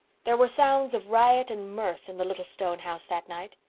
there were sounds of riot and mirth in the little stone house that night.